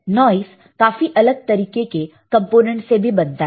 noise काफी अलग तरीके के कंपोनेंट से भी बनता है